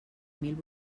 mil